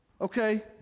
Okay